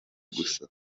gusa